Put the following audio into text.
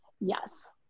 yes